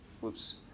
whoops